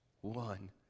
one